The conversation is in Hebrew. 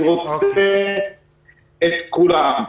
אני רוצה את כולם,